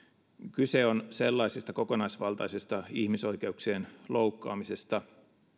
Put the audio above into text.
kyse on sellaisesta kokonaisvaltaisesta ihmisoikeuksien loukkaamisesta